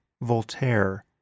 Voltaire